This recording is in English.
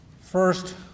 First